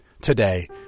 Today